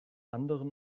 anderen